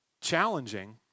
challenging